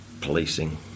policing